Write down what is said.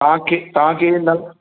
तांखे तांखे नल